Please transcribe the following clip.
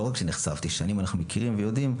לא רק שנחשפתי, שנים אנחנו מכירים ויודעים.